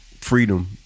freedom